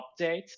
update